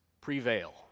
prevail